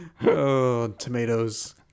Tomatoes